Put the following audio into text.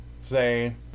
say